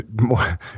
more